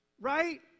right